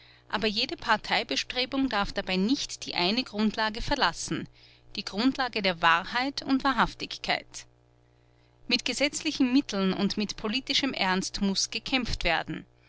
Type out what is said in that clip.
aber jede parteibestrebung darf dabei nicht die eine grundlage verlassen die grundlage der wahrheit und wahrhaftigkeit mit gesetzlichen mitteln und mit politischem ernst muß gekämpft werden